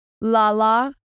Lala